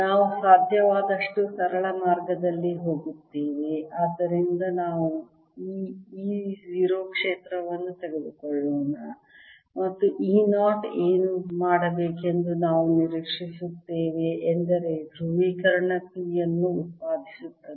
ನಾವು ಸಾಧ್ಯವಾದಷ್ಟು ಸರಳ ಮಾರ್ಗದಲ್ಲಿ ಹೋಗುತ್ತೇವೆ ಆದ್ದರಿಂದ ನಾವು ಈ E 0 ಕ್ಷೇತ್ರವನ್ನು ತೆಗೆದುಕೊಳ್ಳೋಣ ಮತ್ತು ಈ E 0 ಏನು ಮಾಡಬೇಕೆಂದು ನಾವು ನಿರೀಕ್ಷಿಸುತ್ತೇವೆ ಎಂದರೆ ಧ್ರುವೀಕರಣ P ಅನ್ನು ಉತ್ಪಾದಿಸುತ್ತದೆ